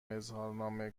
اظهارنامه